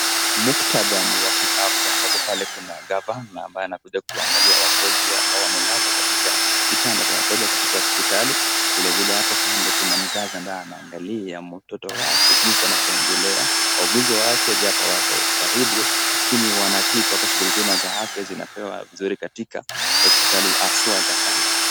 Muktadha ni wa kiafya ambapo pale kuna gavana ambaye amekuja kuangalia wagonjwa ambao wamelazwa katika vitanda . Amekuja katika hospitali vilevile hapo kando kuna mzazi ambaye anaangalia mtoto wake jinsi anavyoenselea